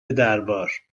دربار